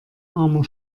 armer